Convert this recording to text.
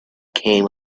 came